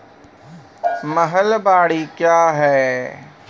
महलबाडी क्या हैं?